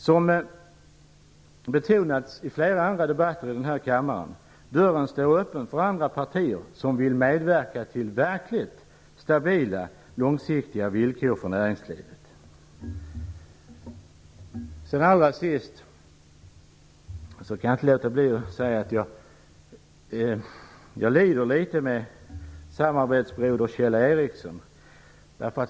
Som betonats i flera andra debatter i den här kammaren står dörren öppen för andra partier som vill medverka till verkligt stabila och långsiktiga villkor för näringslivet. Avslutningsvis kan jag inte låta bli att säga att jag lider litet med min samarbetsbroder Kjell Ericsson.